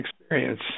experience